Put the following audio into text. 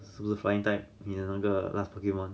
死 flying type 你的那个 last pokemon